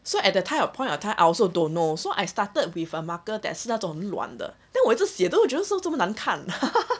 so at the time of point of time I also don't know so I started with a marker that 是那种乱的 then 我一直写都觉得为什么这样难看